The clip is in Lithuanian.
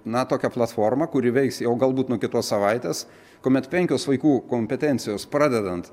na tokią platformą kuri veiks jau galbūt nuo kitos savaitės kuomet penkios vaikų kompetencijos pradedant